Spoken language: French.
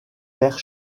père